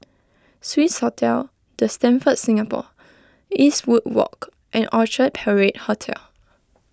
Swissotel the Stamford Singapore Eastwood Walk and Orchard Parade Hotel